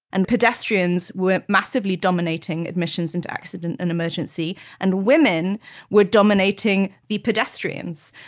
and pedestrians were massively dominating admissions into accident and emergency, and women were dominating the pedestrians.